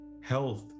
health